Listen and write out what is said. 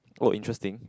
oh interesting